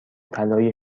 طلای